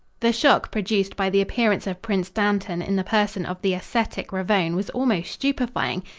the shock produced by the appearance of prince dantan in the person of the ascetic ravone was almost stupefying.